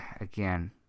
again